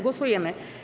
Głosujemy.